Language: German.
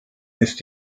ist